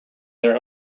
their